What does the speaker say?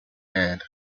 bed